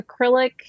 acrylic